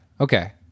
Okay